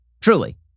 Truly